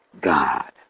God